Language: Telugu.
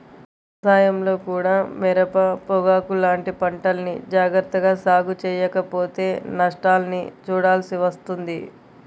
వ్యవసాయంలో కూడా మిరప, పొగాకు లాంటి పంటల్ని జాగర్తగా సాగు చెయ్యకపోతే నష్టాల్ని చూడాల్సి వస్తుంది